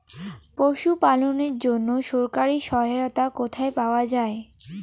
পশু পালনের জন্য সরকারি সহায়তা কোথায় পাওয়া যায়?